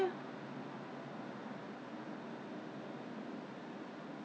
err 一一次 but you can buy whatever number of items whatever amount